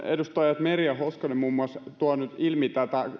edustajat meri ja hoskonen muun muassa tuoneet ilmi